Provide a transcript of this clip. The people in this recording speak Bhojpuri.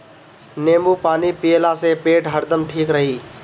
नेबू पानी पियला से पेट हरदम ठीक रही